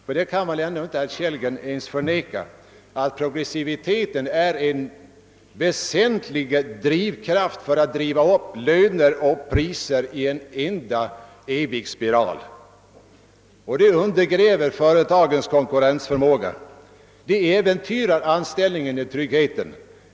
Herr Kellgren kan inte förneka att progressiviteten är en väsentlig kraft för att driva upp löner och priser i en evig spiral. Det undergräver våra företags konkurrensförmåga och äventyrar anställningstryggheten.